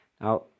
Now